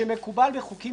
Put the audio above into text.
חמש הסוגיות